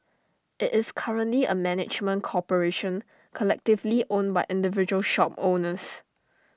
IT is currently A management corporation collectively owned by individual shop owners